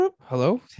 Hello